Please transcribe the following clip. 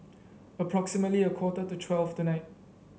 approximately a quarter to twelve tonight